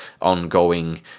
ongoing